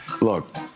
Look